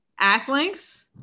Athlinks